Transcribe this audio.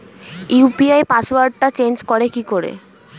UPI পাসওয়ার্ডটা change করে কি করে?